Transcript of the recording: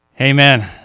Amen